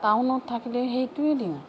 টাউনত থাকিলে সেইটোৱে দিওঁ